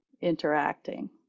interacting